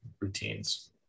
routines